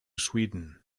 sweden